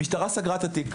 המשטרה סגרה את התיק,